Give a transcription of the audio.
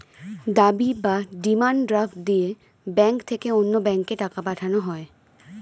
দাবি বা demand draft দিয়ে ব্যাংক থেকে অন্য ব্যাংকে টাকা পাঠানো হয়